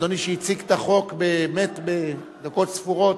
אדוני שהציג את החוק בדקות ספורות,